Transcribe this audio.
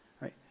right